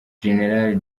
gen